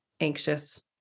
anxious